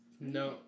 no